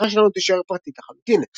השיחה שלנו תישאר פרטית לחלוטין.